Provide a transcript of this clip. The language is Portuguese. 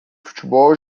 futebol